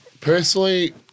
personally